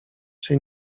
czy